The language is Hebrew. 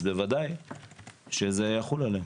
אז בוודאי שזה יחול עליהן.